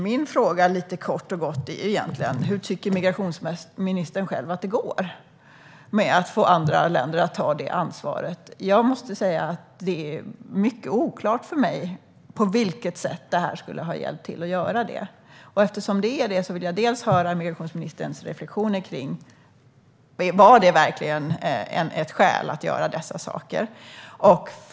Min fråga är kort och gott: Hur tycker migrationsministern själv att det går med att få andra länder att ta det ansvaret? Jag måste säga att det är mycket oklart för mig på vilket sätt detta skulle ha hjälpt till, och därför vill jag höra migrationsministerns reflektioner. För det första: Var det verkligen ett skäl att göra dessa saker?